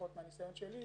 לפחות מהניסיון שלי,